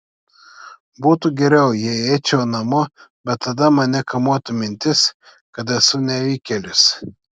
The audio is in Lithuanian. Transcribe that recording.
būtų geriau jei eičiau namo bet tada mane kamuotų mintis kad esu nevykėlis